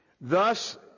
Thus